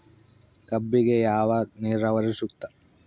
ಕಬ್ಬಿಗೆ ಯಾವ ನೇರಾವರಿ ಸೂಕ್ತ?